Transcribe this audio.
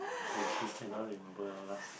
which we cannot remember lah last